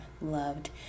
loved